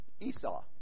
Esau